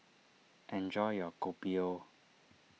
enjoy your Kopi O